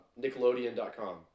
Nickelodeon.com